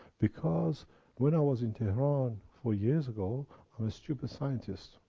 because when i was in tehran four years ago, i was stupid scientist.